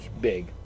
big